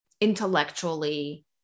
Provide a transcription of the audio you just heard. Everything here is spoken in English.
intellectually